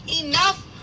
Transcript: enough